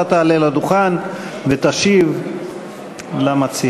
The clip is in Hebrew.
אתה תעלה לדוכן ותשיב למציע.